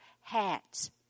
hats